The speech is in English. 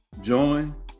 Join